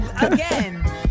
Again